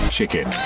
Chicken